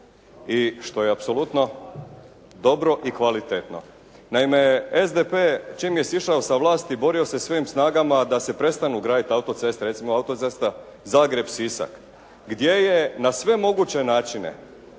i što je apsolutno dobro i kvalitetno. Naime, SDP čim je sišao sa vlasti borio se svim snagama da se prestanu graditi autoceste. Recimo autocesta Zagreb-Sisak, gdje je na sve moguće načine